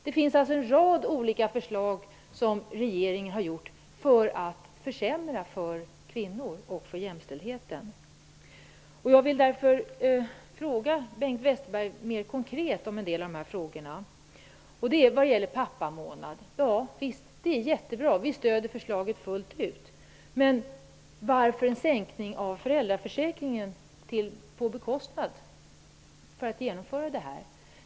Det finns alltså en rad olika förslag som regeringen har lagt fram för att försämra för kvinnor och för jämställdheten. Därför vill jag ställa några konkreta frågor om en del av detta till Bengt Visst är en pappamånad jättebra; vi stöder förslaget fullt ut. Men varför sänks föräldraförsäkringen för att bekosta den?